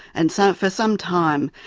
and so for some time,